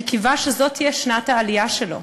כי קיווה שזאת תהיה שנת העלייה שלו.